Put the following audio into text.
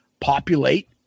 populate